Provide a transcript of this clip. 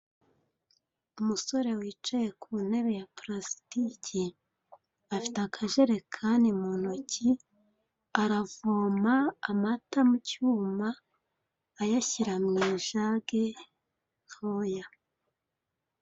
Umusore wicaye ku ntebe ya pulasitiki, afite akajerekani mu ntoki, aravoma amata mu cyuma, ayashyira mu ijage ntoya.